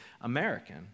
American